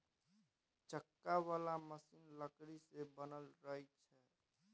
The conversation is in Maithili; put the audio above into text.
चक्का बला मशीन लकड़ी सँ बनल रहइ छै